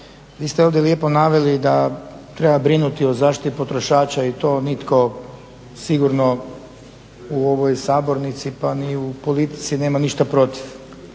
vi ste ovdje lijepo naveli da treba brinuti o zaštiti potrošača i to nitko sigurno u ovoj sabornici pa ni u politici nema ništa protiv.